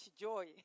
joy